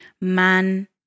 man